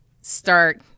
start